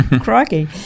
crikey